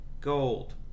gold